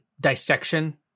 dissection